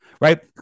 right